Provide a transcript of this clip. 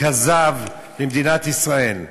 כזב למדינת ישראל?